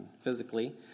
physically